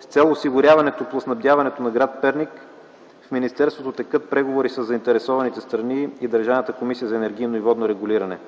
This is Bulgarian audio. С цел осигуряване топлоснабдяването на гр. Перник в министерството текат преговори със заинтересованите страни и Държавната комисия за енергийно и водно регулиране.